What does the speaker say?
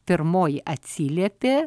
pirmoji atsiliepė